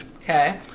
okay